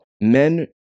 Men